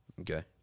Okay